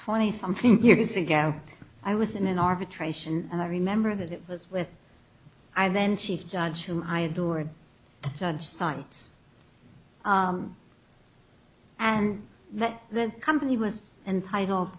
twenty something years ago i was in an arbitration and i remember that it was with i then chief judge who i adored the judge sites and that the company was entitled